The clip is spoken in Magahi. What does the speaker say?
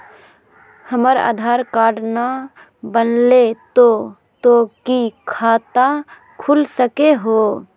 हमर आधार कार्ड न बनलै तो तो की खाता खुल सको है?